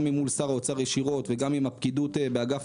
גם אל מול שר האוצר ישירות וגם עם הפקידות באגף